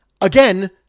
again